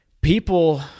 people